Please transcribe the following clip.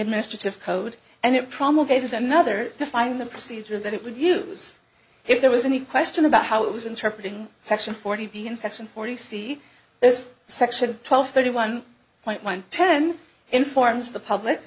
administrative code and it promulgated another define the procedure that it would use if there was any question about how it was interpreted in section forty b infection forty c this section twelve thirty one point one ten informs the public